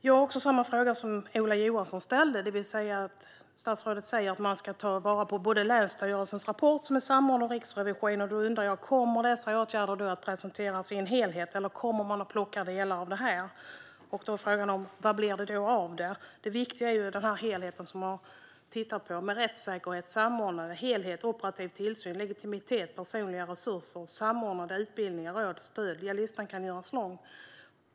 Jag har också samma fråga som Ola Johansson ställde. Statsrådet säger att man ska ta vara på både länsstyrelsens rapport och rapporten från Riksrevisionen. Kommer dessa åtgärder att presenteras i en helhet, eller kommer man att plocka ut delar? Vad blir det då av detta? Det viktiga är helheten med rättssäkerhet, samordnare, helhet, operativ tillsyn, legitimitet, personliga resurser, samordnade utbildningar samt råd och stöd. Listan kan göras lång.